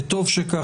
וטוב שכך.